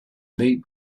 meet